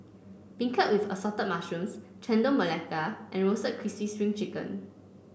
beancurd with Assorted Mushrooms Chendol Melaka and Roasted Crispy Spring Chicken